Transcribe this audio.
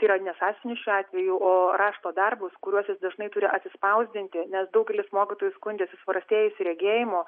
tai yra ne sąsiuvinius šiuo atvejų o rašto darbus kuriuos jis dažnai turi atsispausdinti nes daugelis mokytojų skundžiasi suprastėjusiu regėjimu